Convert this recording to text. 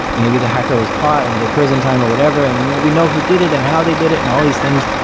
maybe the hacker was caught and did prison time or whatever, and and you know we know who did it and how they did it and all these things,